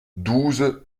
douze